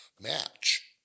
match